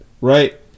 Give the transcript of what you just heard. right